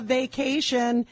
vacation